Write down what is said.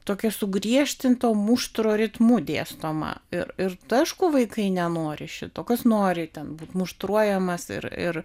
tokia sugriežtinto muštro ritmu dėstoma ir ir aišku vaikai nenori šito kas nori ten būt muštruojamas ir ir